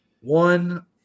one